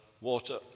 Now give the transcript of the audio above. water